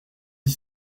dix